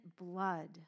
blood